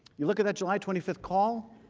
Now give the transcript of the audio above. you look at that july twenty five call,